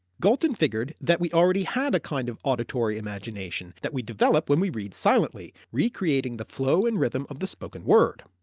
galton figured that we already had a kind of auditory imagination that we develop when we read silently, recreating the flow and rhythm of the spoken word.